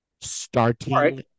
starting